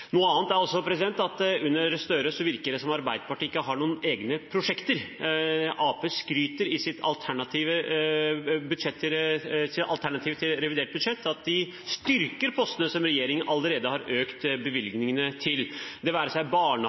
Noe annet er at under Gahr Støre virker det som om Arbeiderpartiet ikke har noen egne prosjekter. Arbeiderpartiet skryter i sitt alternativ til revidert budsjett av at de styrker postene som regjeringen allerede har økt bevilgningene til, det være seg